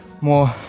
more